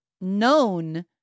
known